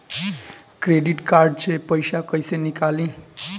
Credit card से पईसा केइसे निकली?